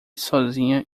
sozinha